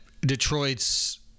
Detroit's